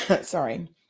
sorry